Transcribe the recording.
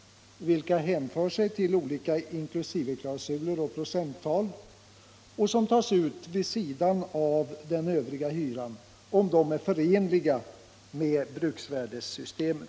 — vilka hänför sig till olika inklusiveklausuler och procenttal och tas ut vid sidan av den övriga hyran — är förenliga med bruksvärdessystemet.